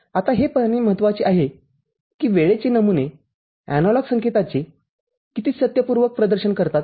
आताहे पाहणे महत्वाचे आहे की हे वेळेचे नमुने एनालॉग संकेताचे किती सत्यपूर्वक प्रदर्शन करतात